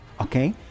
okay